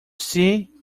see